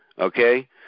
okay